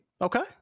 okay